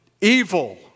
evil